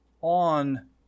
on